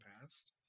past